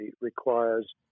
requires